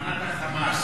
אמנת ה"חמאס",